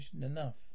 enough